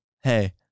hey